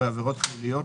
בעבירות פליליות,